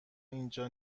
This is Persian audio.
اینجا